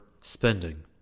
spending